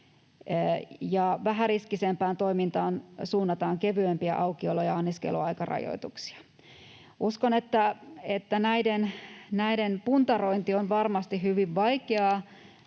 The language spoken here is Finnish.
vähäriskisempään toimintaan suunnattaisiin kevyempiä aukiolo- ja anniskeluaikarajoituksia. Uskon, että näiden puntarointi on varmasti hyvin vaikeaa